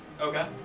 Okay